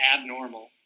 abnormal